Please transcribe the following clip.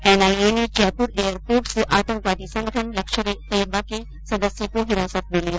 NIA ने Jaipur airport से आतंकवादी संगठन लश्करे तैयबा के सदस्य को हिरासत में लिया